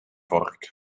vork